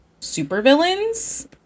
supervillains